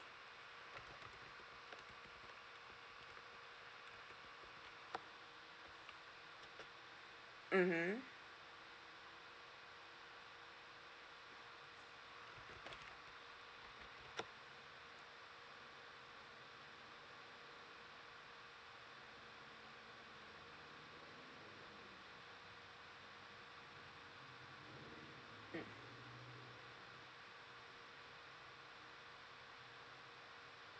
mmhmm mm